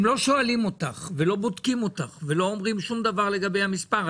הם לא שואלים אותך ולא בודקים אותך ולא אומרים שום דבר לגבי המספר.